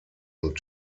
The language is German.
und